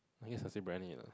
I guess nasi-briyani lah